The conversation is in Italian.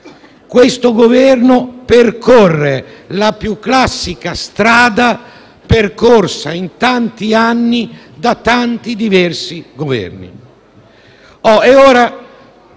Questo Governo percorre la più classica strada percorsa in tanti anni da tanti diversi Governi